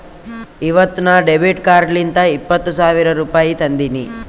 ಇವತ್ ನಾ ಡೆಬಿಟ್ ಕಾರ್ಡ್ಲಿಂತ್ ಇಪ್ಪತ್ ಸಾವಿರ ರುಪಾಯಿ ತಂದಿನಿ